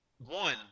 one